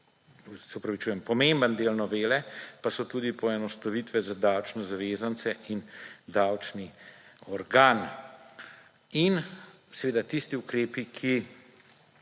že uporabljajo. Pomemben del novele pa so tudi poenostavitve za davčne zavezance in davčni organi in seveda tisti ukrepi, ki